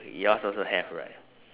yours also have right